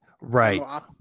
Right